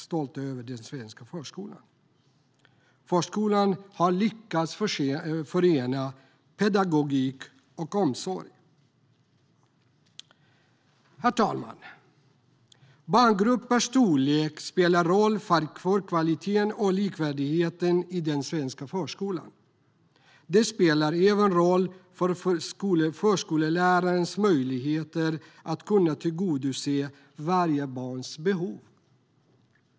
Förskolan har ju lyckats förena pedagogik och omsorg. Herr talman! Barngruppernas storlek spelar roll för kvaliteten och likvärdigheten i den svenska förskolan. Det spelar även roll för förskollärarnas möjligheter att kunna tillgodose varje barns behov.